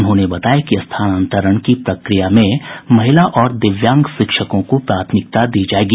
उन्होंने बताया कि स्थानांतरण की प्रक्रिया में महिला और दिव्यांग शिक्षकों को प्राथमिकता दी जायेगी